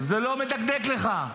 זה לא מדגדג לך,